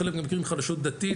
בחלק מהמקרים חלשות דתית,